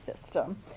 system